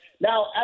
Now